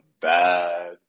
bad